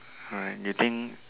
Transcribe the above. alright do you think